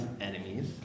enemies